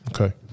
Okay